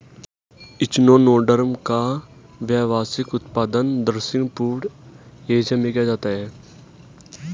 echinoderm का व्यावसायिक उत्पादन दक्षिण पूर्व एशिया में किया जाता है